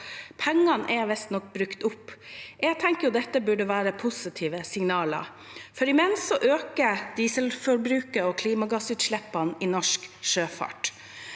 Pengene er visstnok brukt opp. Jeg tenker at dette burde være positive signaler, for imens øker dieselforbruket og klimagassutslippene i norsk sjøfart.